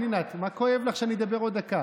פנינה, מה כואב לך שאני אדבר עוד דקה?